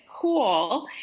cool –